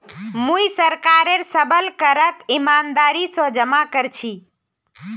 मुई सरकारेर सबल करक ईमानदारी स जमा कर छी